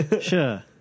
Sure